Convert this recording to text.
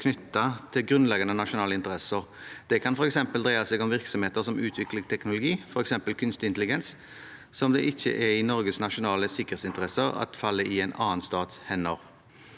knyttet til grunnleggende nasjonale interesser. Det kan f.eks. dreier seg om virksomheter som utvikler teknologi, f.eks. kunstig intelligens, som det ikke er i Norges nasjonale sikkerhetsinteresser at faller i en annen stats hender.